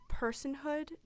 personhood